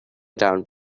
around